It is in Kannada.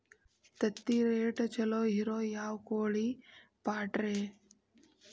ತತ್ತಿರೇಟ್ ಛಲೋ ಇರೋ ಯಾವ್ ಕೋಳಿ ಪಾಡ್ರೇ?